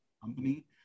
company